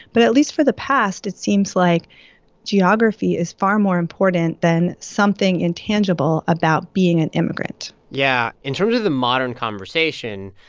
but at least for the past, it seems like geography is far more important than something intangible about being an immigrant yeah. in terms of the modern conversation,